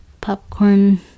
popcorn